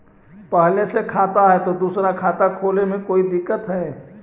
पहले से खाता है तो दूसरा खाता खोले में कोई दिक्कत है?